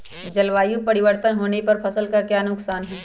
जलवायु परिवर्तन होने पर फसल का क्या नुकसान है?